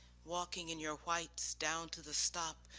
walking in your whites down to the stock,